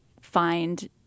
find